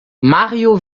mario